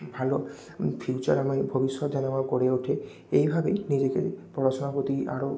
ভালো ফিউচার আমার ভবিষ্যত যেন আমার গড়ে ওঠে এইভাবেই নিজেকে পড়াশোনার প্রতি আরও